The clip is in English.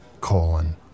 colon